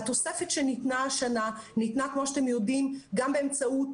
התוספת שניתנה השנה ניתנה כמו שאתם יודעים גם באמצעות